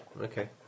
Okay